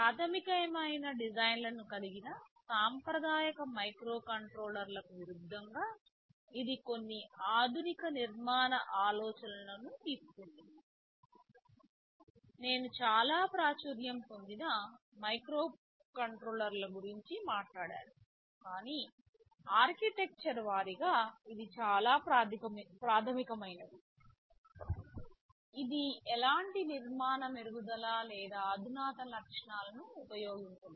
ప్రాథమికమైన డిజైన్లను కలిగిన సాంప్రదాయిక మైక్రోకంట్రోలర్లకు విరుద్ధంగా ఇది కొన్ని ఆధునిక నిర్మాణ ఆలోచనలను తీసుకుంటుంది నేను చాలా ప్రాచుర్యం పొందిన మైక్రోకంట్రోలర్ 8051 గురించి మాట్లాడాను కానీ ఆర్కిటెక్చర్ వారీగా ఇది చాలా ప్రాథమికమైనది ఇది ఎలాంటి నిర్మాణ మెరుగుదల లేదా అధునాతన లక్షణాలను ఉపయోగించలేదు